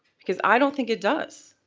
because i don't think it does.